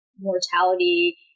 mortality